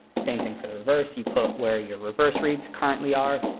same thing for the reverse, you put where your reverse reads currently are,